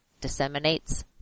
disseminates